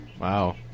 Wow